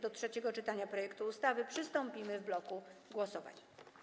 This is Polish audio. Do trzeciego czytania projektu ustawy przystąpimy w bloku głosowań.